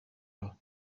door